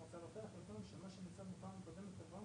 מי שאין לו עבודה או שהוא מועסק בחלקיות משרה.